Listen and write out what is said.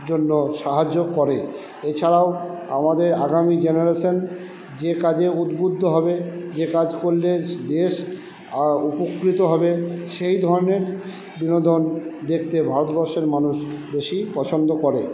জন্য সাহায্য করে এছাড়াও আমাদের আগামী জেনারেশান যে কাজে উদবুদ্ধ হবে যে কাজ করলে দেশ উপকৃত হবে সেই ধর্মের বিনোদন দেখতে ভারতবর্ষের মানুষ বেশি পছন্দ করে